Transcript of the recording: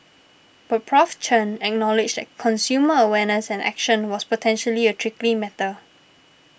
but Prof Chen acknowledged that consumer awareness and action was potentially a tricky matter